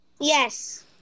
Yes